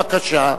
בבקשה.